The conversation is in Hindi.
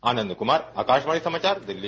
आनंद कुमार आकाशवाणी समाचार दिल्ली